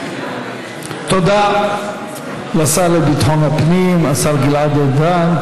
תודה לשר לביטחון הפנים, השר גלעד ארדן.